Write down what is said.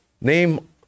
name